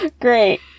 Great